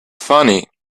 funny